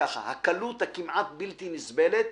והקלות הכמעט בלתי נסבלת